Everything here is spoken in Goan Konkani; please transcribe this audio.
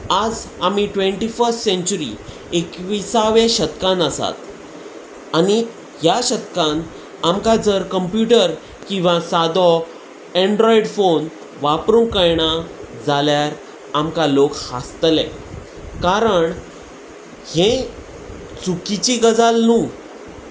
आज आमी ट्वेंटी फस्ट सेंच्युरी एकविसावें शतकान आसात आनी ह्या शतकान आमकां जर कंप्युटर किंवां सादो एन्ड्रॉयड फोन वापरूंक कळना जाल्यार आमकां लोक हांसतले कारण हें चुकीची गजाल न्हय